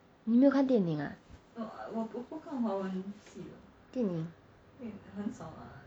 你没有看电影啊电影